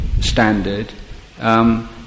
standard